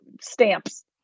stamps